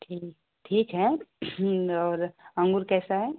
ठीक ठीक है और अँगूर कैसा है